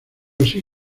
así